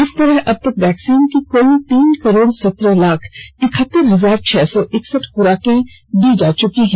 इस तरह अब तक वैक्सीन की कुल तीन करोड़ सत्रह लाख इक्हतर हजार छह सौ इकसठ खुराकें दी जा चुकी हैं